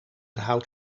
hout